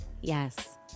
Yes